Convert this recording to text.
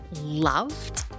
loved